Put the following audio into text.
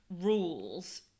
rules